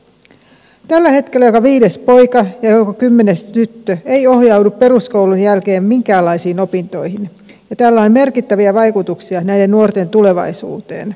tällä hetkellä joka viides poika ja joka kymmenes tyttö ei ohjaudu peruskoulun jälkeen minkäänlaisiin opintoihin ja tällä on merkittäviä vaikutuksia näiden nuorten tulevaisuuteen